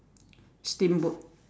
steamboat